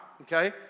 okay